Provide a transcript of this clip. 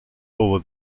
over